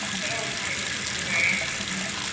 but old pipes had been a very active man,